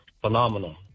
Phenomenal